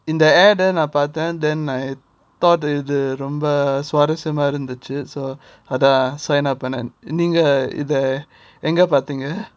in the air then ah நான் பார்த்தேன்:nan parthen then I thought இது ரொம்ப சுவாரசியமா இருந்துச்சு:idhu romba suvarasiyama irunthuchu so sign up and அதான் பண்ணேன் :adhan pannen